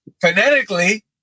Phonetically